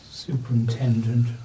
Superintendent